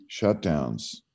shutdowns